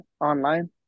online